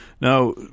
Now